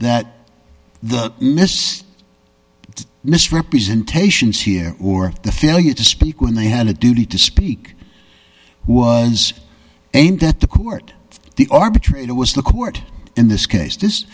that the missed the misrepresentations here or the failure to speak when they had a duty to speak who was aimed at the court the arbitrator was the court in this case this